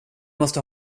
måste